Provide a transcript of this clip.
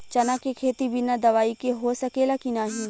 चना के खेती बिना दवाई के हो सकेला की नाही?